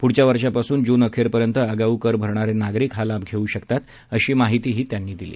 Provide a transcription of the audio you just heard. पुढील वर्षापासून जून अखेरपर्यंत आगाऊ कर भरणारे नागरिक हा लाभ घेऊ शकतात अशी माहितीही त्यांनी दिली